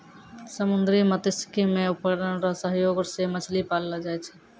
समुन्द्री मत्स्यिकी मे उपकरण रो सहयोग से मछली पाललो जाय छै